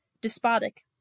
Despotic